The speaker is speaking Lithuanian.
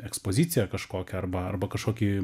ekspoziciją kažkokią arba arba kažkokį